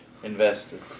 Invested